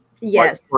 yes